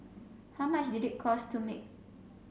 how much did it cost to make